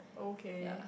okay